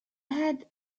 had